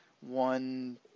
one